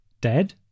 dead